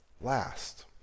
last